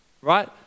Right